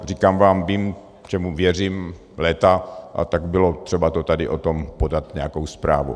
Říkám vám, vím, čemu věřím léta, a tak bylo třeba tady o tom podat nějakou zprávu.